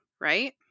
right